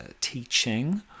teaching